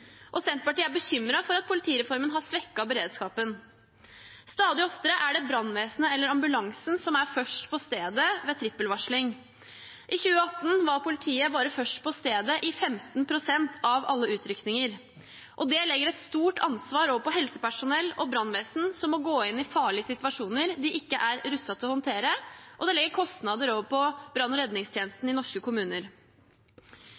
trengs. Senterpartiet er bekymret for at politireformen har svekket beredskapen. Stadig oftere er det brannvesenet eller ambulansen som er først på stedet ved trippelvarsling. I 2018 var politiet først på stedet i bare 15 pst. av alle utrykninger. Det legger et stort ansvar over på helsepersonell og brannvesen, som må gå inn i farlige situasjoner de ikke er rustet til å håndtere, og det legger kostnader over på brann- og